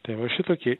tai va šitokį